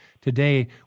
today